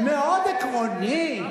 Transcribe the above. כן, כן, מאוד עקרוני.